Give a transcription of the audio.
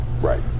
Right